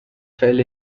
fell